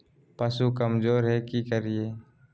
पशु कमज़ोर है कि करिये?